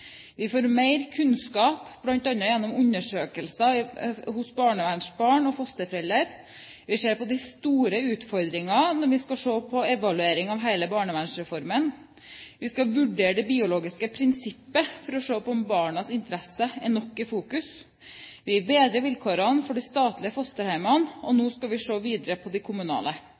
Vi får mer kunnskap, bl.a. gjennom undersøkelser blant barnevernsbarn og fosterforeldre, vi ser på de store utfordringene når vi skal evaluere hele barnevernsreformen, vi skal vurdere det biologiske prinsippet for å se om barnas interesse er nok i fokus, vi vil bedre vilkårene for de statlige fosterhjemmene, og nå skal vi se videre på de kommunale.